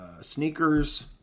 Sneakers